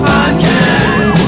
Podcast